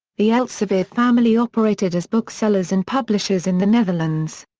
the elzevir family operated as booksellers and publishers in the netherlands.